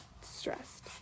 stressed